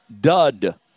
Dud